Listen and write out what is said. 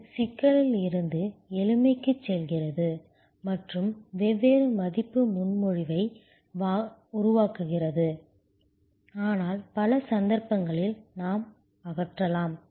இது சிக்கலில் இருந்து எளிமைக்கு செல்கிறது மற்றும் வெவ்வேறு மதிப்பு முன்மொழிவை உருவாக்குகிறது ஆனால் பல சந்தர்ப்பங்களில் நாம் அகற்றலாம்